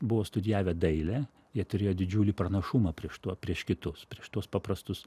buvo studijavę dailę jie turėjo didžiulį pranašumą prieš tuo prieš kitus prieš tuos paprastus